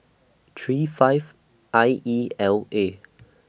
three five I E L A